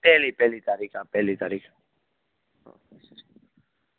પહેલી પહેલી તારીખ હા પહેલી તારીખ